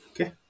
Okay